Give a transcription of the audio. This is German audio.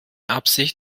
absicht